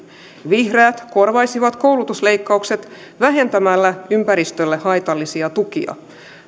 vihreät korvaisivat koulutusleikkaukset vähentämällä ympäristölle haitallisia tukia